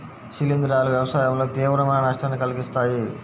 శిలీంధ్రాలు వ్యవసాయంలో తీవ్రమైన నష్టాన్ని కలిగిస్తాయి